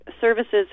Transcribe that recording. services